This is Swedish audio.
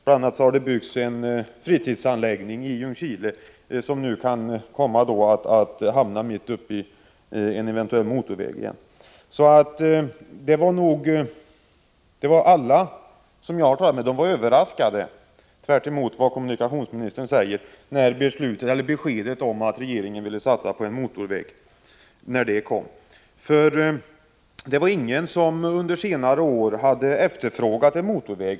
Det har bl.a. byggts en fritidsanläggning i Ljungskile, som nu kan komma att hamna just där en eventuell motorväg skall gå. Alla som jag har talat med var överraskade — tvärtemot vad kommunikationsministern säger — när beskedet kom att regeringen ville satsa på en motorväg. Det var ingen som under senare år hade efterfrågat en motorväg.